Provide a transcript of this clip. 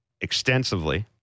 extensively